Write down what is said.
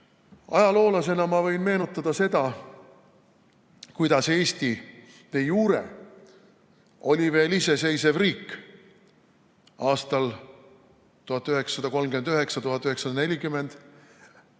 Ajaloolasena ma võin meenutada seda, kuidas Eestide jureoli veel iseseisev riik. Aastatel 1939 ja 1940,